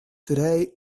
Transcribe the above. today